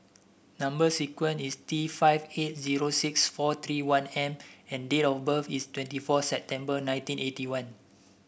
number sequence is T five eight zero six four three one M and date of birth is twenty four September nineteen eighty one